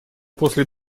после